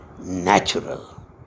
natural